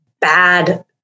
bad